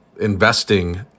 investing